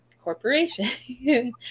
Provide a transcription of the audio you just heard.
corporation